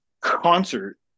concert